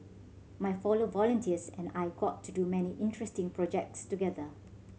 my fellow volunteers and I got to do many interesting projects together